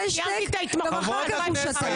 גם אחר כך הוא שתק.